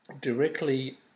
directly